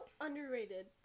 underrated